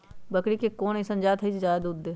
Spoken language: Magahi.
बकरी के कोन अइसन जात हई जे जादे दूध दे?